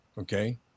okay